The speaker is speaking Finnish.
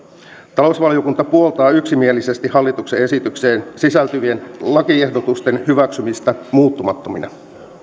talousvaliokunta puoltaa yksimielisesti hallituksen esitykseen sisältyvien lakiehdotusten hyväksymistä muuttamattomina